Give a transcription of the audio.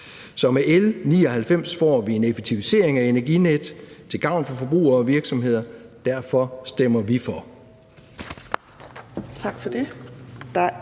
Så med L 99 får vi en effektivisering af Energinet til gavn for forbrugere og virksomheder. Derfor stemmer vi for.